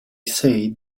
say